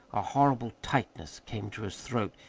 a horrible tightness came to his throat,